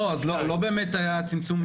לא, אז לא באמת היה צמצום פער.